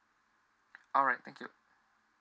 alright thank you